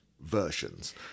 versions